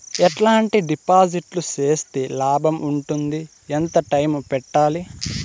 ఎట్లాంటి డిపాజిట్లు సేస్తే లాభం ఉంటుంది? ఎంత టైము పెట్టాలి?